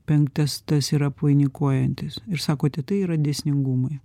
penktas tas yra apvainikuojantis ir sakote tai yra dėsningumai